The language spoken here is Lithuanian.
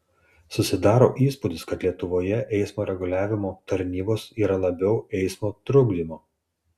susidaro įspūdis kad lietuvoje eismo reguliavimo tarnybos yra labiau eismo trukdymo